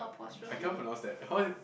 I can't pronounce that how it